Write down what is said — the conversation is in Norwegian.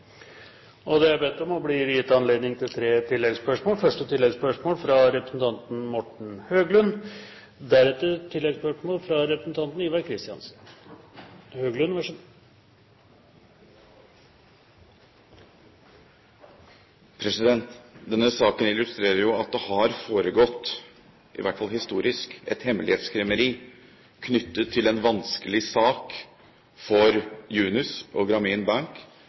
Det blir gitt anledning til tre oppfølgingsspørsmål – først Morten Høglund. Denne saken illustrerer jo at det har foregått – i hvert fall historisk – et hemmelighetskremmeri knyttet til en vanskelig sak for Yunus og Grameen Bank